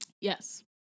Yes